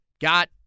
got